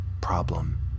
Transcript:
problem